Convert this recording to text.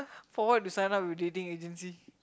for what you sign up with dating agency